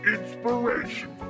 Inspiration